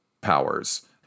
powers